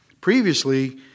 Previously